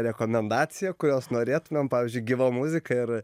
rekomendacija kurios norėtumėm pavyzdžiui gyva muzika ir